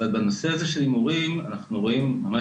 אבל בנושא הזה של הימורים אנחנו רואים אולי